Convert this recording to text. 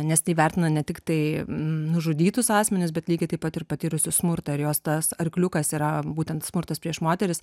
nes tai vertina ne tiktai nužudytus asmenis bet lygiai taip pat ir patyrusius smurtą ir jos tas arkliukas yra būtent smurtas prieš moteris